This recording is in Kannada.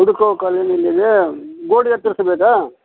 ಹುಡ್ಕೋ ಕಾಲೋನಿಯಲಿದೆ ಗೋಡೆ ಎತ್ತರಿಸ್ಬೇಕಾ